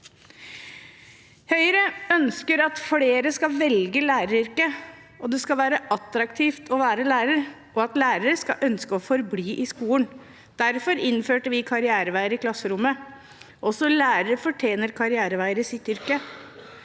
Høyre ønsker at flere skal velge læreryrket, at det skal være attraktivt å være lærer, og at lærere skal ønske å forbli i skolen. Derfor innførte vi karriereveier i klasserommet. Også lærere fortjener karriereveier i sitt yrke.